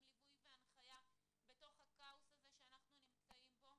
ליווי והנחיה בתוך הכאוס הזה שאנחנו נמצאים בו.